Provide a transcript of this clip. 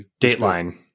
Dateline